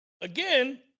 Again